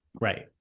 Right